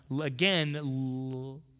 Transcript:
again